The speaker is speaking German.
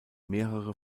mehrere